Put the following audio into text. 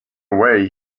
way